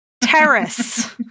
Terrace